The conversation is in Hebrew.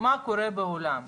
מה קורה בעולם.